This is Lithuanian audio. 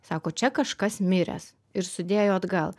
sako čia kažkas miręs ir sudėjo atgal